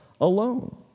alone